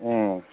ꯎꯝ